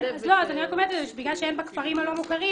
אז אני רק אומרת שבגלל שאין בכפרים הלא מוכרים,